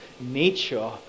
nature